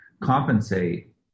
compensate